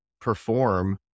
perform